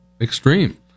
extreme